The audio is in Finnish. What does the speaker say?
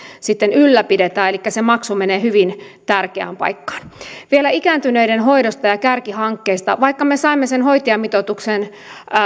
sitten ylläpidetään elikkä se maksu menee hyvin tärkeään paikkaan vielä ikääntyneiden hoidosta ja kärkihankkeista vaikka me saimme sen hoitajamitoituksen